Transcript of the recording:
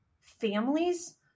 families